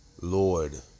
Lord